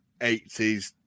80s